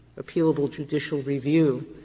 appealable judicial review,